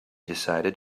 decided